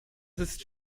ist